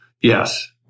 Yes